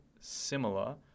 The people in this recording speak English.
similar